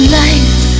life